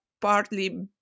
partly